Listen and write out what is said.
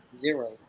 zero